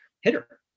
hitter